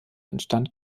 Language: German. instand